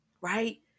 right